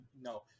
no